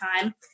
time